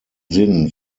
sinn